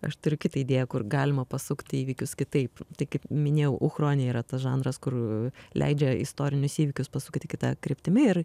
aš turiu kitą idėją kur galima pasukti įvykius kitaip tai kaip minėjau uchronija yra tas žanras kur leidžia istorinius įvykius pasukti kita kryptimi ir